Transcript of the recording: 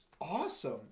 awesome